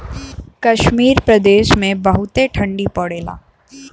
कश्मीर प्रदेस मे बहुते ठंडी पड़ेला